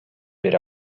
бере